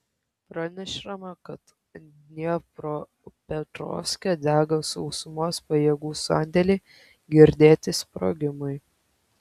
pranešama kad dniepropetrovske dega sausumos pajėgų sandėliai girdėti sprogimai